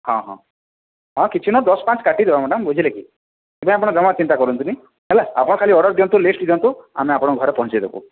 ହଁହଁ ହଁ କିଛି ନୁହଁ ଦଶ ପାଞ୍ଚ କାଟିବା ମ୍ୟାଡ଼ାମ ବୁଝିଲେକି ନାଇଁ ଆପଣ ଜମା ଚିନ୍ତା କରନ୍ତୁ ନି ହେଲା ଆପଣ ଖାଲି ଅର୍ଡର ଦିଅନ୍ତୁ ଲିଷ୍ଟ ଦିଅନ୍ତୁ ଆମେ ଆପଣଙ୍କ ଘରେ ପହୁଞ୍ଚାଇଦେବୁ